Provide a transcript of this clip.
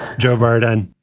joe verden.